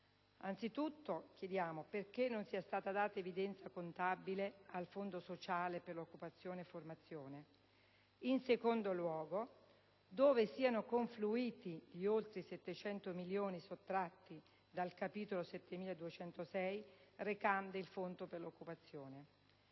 anzitutto perché non sia stata data evidenza contabile al Fondo sociale per occupazione e formazione; in secondo luogo dove siano confluiti gli oltre 700 milioni sottratti dal capitolo 7206 recante il Fondo per l'occupazione.